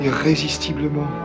irrésistiblement